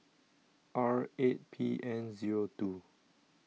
R eight P N zero two